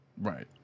right